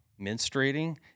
menstruating